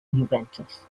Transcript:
juventus